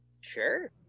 Sure